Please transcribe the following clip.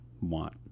want